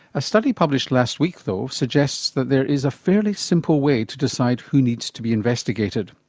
a study published last week though suggests that there is a fairly simple way to decide who needs to be investigated.